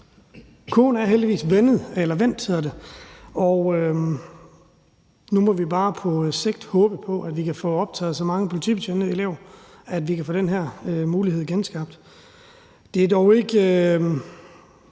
Kurven er heldigvis vendt. Nu må vi bare på sigt håbe på, at vi kan få optaget så mange politibetjentelever, at vi kan få den her mulighed genskabt. Det er dog ikke